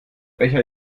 becher